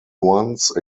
once